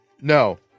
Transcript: No